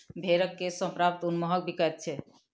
भेंड़क केश सॅ प्राप्त ऊन महग बिकाइत छै